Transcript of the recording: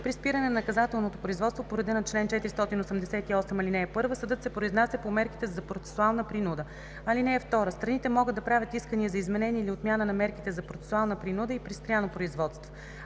При спиране на наказателното производство по реда на чл. 488, ал. 1 съдът се произнася по мерките за процесуална принуда. (2) Страните могат да правят искания за изменение или отмяна на мерките за процесуална принуда и при спряно производство.